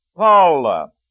Paul